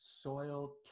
Soil